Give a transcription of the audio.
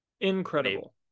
Incredible